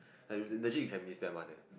like legit you can miss them one leh